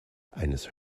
eines